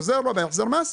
עוזר לו בהחזר מס,